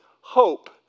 hope